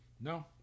no